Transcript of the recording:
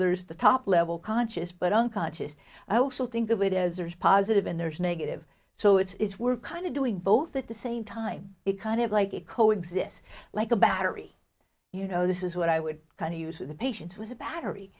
there's the top level conscious but unconscious i also think of it as or is positive and there's negative so it's we're kind of doing both at the same time it kind of like it co exist like a battery you know this is what i would kind of use of the patients was a battery